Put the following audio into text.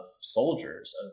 soldiers